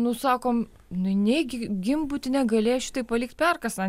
nu sakom nu negi gimbutienė galėjo šitaip palikt perkasą